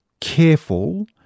careful